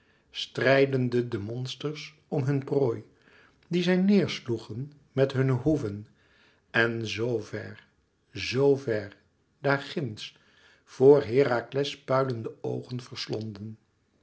strijdende de monsters om hun prooi dien zij neêr sloegen met hunne hoeven en zoo ver zoo ver daar ginds voor herakles puilende oogen